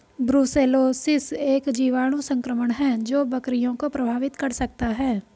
brucellosis एक जीवाणु संक्रमण है जो बकरियों को प्रभावित कर सकता है